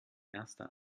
erster